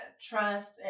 trust